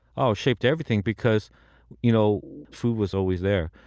ah shaped everything because you know food was always there.